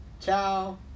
Ciao